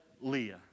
Leah